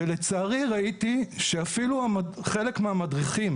ולצערי ראיתי שאפילו חלק מהמדריכים